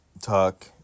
Talk